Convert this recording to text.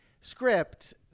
script